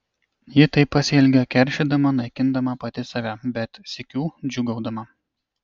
ji taip pasielgė keršydama naikindama pati save bet sykiu džiūgaudama